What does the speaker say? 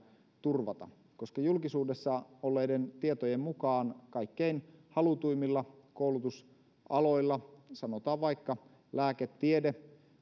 turvata julkisuudessa olleiden tietojen mukaan kaikkein halutuimmilla koulutusaloilla sanotaan vaikka lääketiede